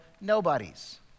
nobodies